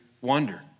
wonder